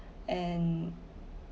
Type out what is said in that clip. and